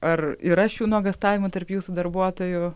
ar yra šių nuogąstavimų tarp jūsų darbuotojų